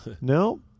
No